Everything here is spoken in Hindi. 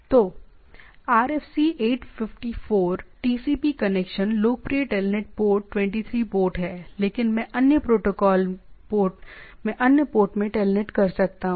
तो आरएफसी 854 टीसीपी कनेक्शन लोकप्रिय टेलनेट पोर्ट 23 पोर्ट है लेकिन मैं अन्य पोर्ट में टेलनेट कर सकता हूं